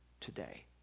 today